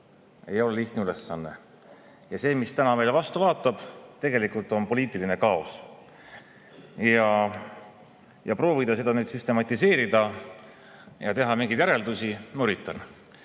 ei ole lihtne ülesanne. See, mis täna meile vastu vaatab, on tegelikult poliitiline kaos. Ma üritan seda nüüd süstematiseerida ja teha mingeid järeldusi. Kui ma vaatan